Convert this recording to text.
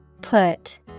Put